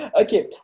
Okay